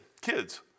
kids